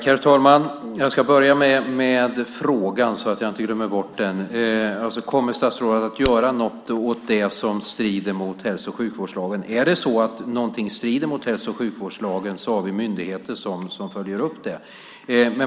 Herr talman! Jag ska börja med frågan, så att jag inte glömmer bort den, alltså: Kommer statsrådet att göra något åt det som strider mot hälso och sjukvårdslagen? Är det så att någonting strider mot hälso och sjukvårdslagen har vi myndigheter som följer upp det.